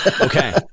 Okay